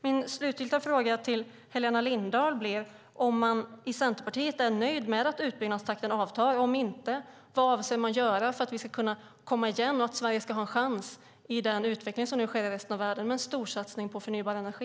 Min sista fråga till Helena Lindahl är om man i Centerpartiet är nöjd med att utbyggnadstakten avtar. Om man inte är det, vad avser man då att göra för att vi ska kunna komma igen och att Sverige ska ha en chans i den utveckling som nu sker i resten av världen med en storsatsning på förnybar energi?